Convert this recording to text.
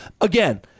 again